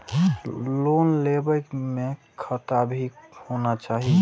Loan लेबे में खाता भी होना चाहि?